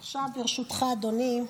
עכשיו, ברשותך, אדוני,